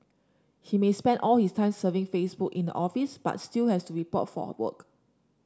he may spend all his time surfing Facebook in the office but still has to report for work